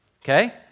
Okay